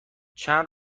چند